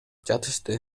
жатышты